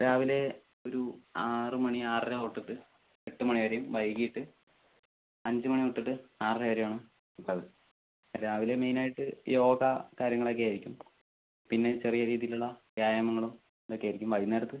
രാവിലെ ഒരു ആറ് മണി ആറര തൊട്ടിട്ട് എട്ട് മണി വരെയും വൈകിട്ട് അഞ്ച് മണി തൊട്ടിട്ട് ആറര വരെയും ആണ് ഉള്ളത് രാവിലെ മെയിൻ ആയിട്ട് യോഗ കാര്യങ്ങളൊക്കെ ആയിരിക്കും പിന്നെ ചെറിയ രീതിയിലുള്ള വ്യായാമങ്ങളും ഇതൊക്കെ ആയിരിക്കും വൈകുന്നേരത്ത്